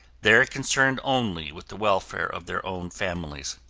they are concerned only with the welfare of their own families.